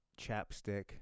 chapstick